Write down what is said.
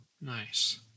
Nice